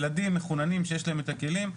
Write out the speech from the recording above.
ילדים מחוננים שיש להם את הכלים,